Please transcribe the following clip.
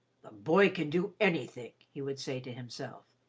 the boy can do anything, he would say to himself,